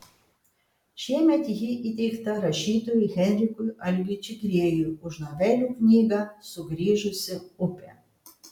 šiemet ji įteikta rašytojui henrikui algiui čigriejui už novelių knygą sugrįžusi upė